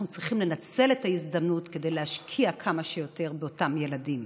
אנחנו צריכים לנצל את ההזדמנות כדי להשקיע כמה שיותר באותם ילדים.